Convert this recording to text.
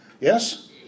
Yes